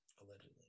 Allegedly